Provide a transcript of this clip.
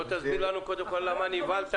קודם תסביר למה נבהלת